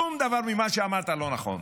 שום דבר ממה שאמרת לא נכון.